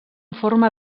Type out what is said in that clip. forma